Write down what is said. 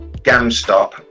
gamstop